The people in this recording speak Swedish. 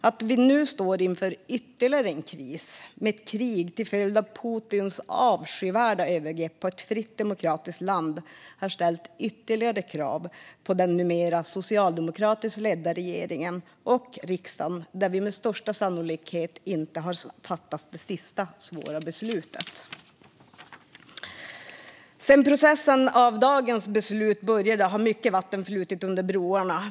Att vi nu står inför ytterligare en kris med krig till följd av Putins avskyvärda övergrepp på ett fritt, demokratiskt land har ställt ytterligare krav på den numera socialdemokratiskt ledda regeringen och på riksdagen, som med största sannolikhet inte har fattat det sista svåra beslutet. Sedan processen av dagens beslut började har mycket vatten flutit under broarna.